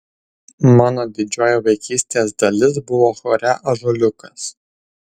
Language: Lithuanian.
mano didžioji vaikystės dalis buvo chore ąžuoliukas